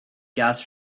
gas